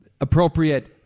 appropriate